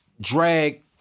drag